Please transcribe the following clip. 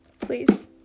please